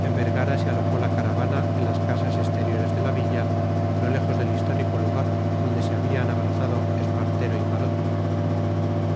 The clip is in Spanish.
en vergara se alojó la caravana en las casas exteriores de la villa no lejos del histórico lugar donde se habían abrazado espartero y maroto